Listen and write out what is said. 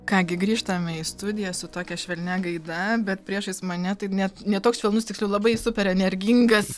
ką gi grįžtame į studiją su tokia švelnia gaida bet priešais mane tai net ne toks švelnus tiksliau labai super energingas